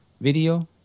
video